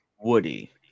woody